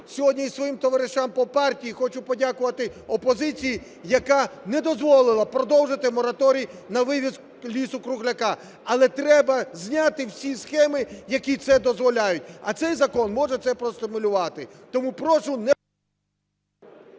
сьогодні і своїм товаришам по партії, хочу подякувати опозиції, яка не дозволила продовжити мораторій на вивіз лісу-кругляка. Але треба зняти всі схеми, які це дозволяють. А цей закон може це простимулювати. Тому прошу не…